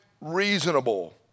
reasonable